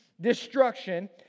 destruction